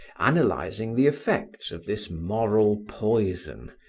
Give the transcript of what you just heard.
analyzing the effects of this moral poison,